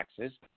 taxes